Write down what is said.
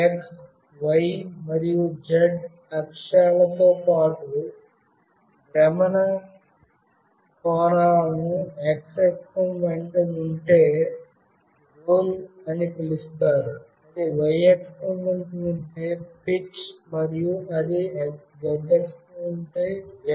x y మరియు z అక్షాలతో పాటు భ్రమణ కోణాలను x అక్షం వెంట ఉంటే రోల్ అని పిలుస్తారు అది y అక్షం వెంట ఉంటే పిచ్ మరియు అది z అక్షంతో ఉంటే యా